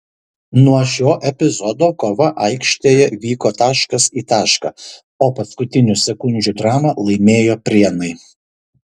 nuo šio epizodo kova aikštėje vyko taškas į tašką o paskutinių sekundžių dramą laimėjo prienai